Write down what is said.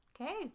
Okay